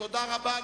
תודה רבה.